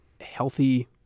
healthy